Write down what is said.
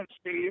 Steve